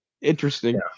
interesting